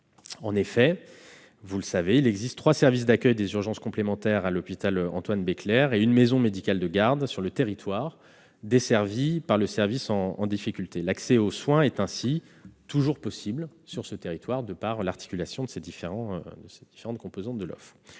Il existe en effet trois services d'accueil des urgences complémentaires à l'hôpital Antoine-Béclère et une maison médicale de garde sur le territoire desservi par le service en difficulté. L'accès aux soins est ainsi toujours possible sur ce territoire grâce à l'articulation de ces différentes composantes de l'offre.